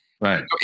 Right